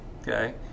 Okay